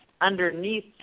underneath